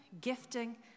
gifting